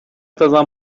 ازم